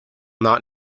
not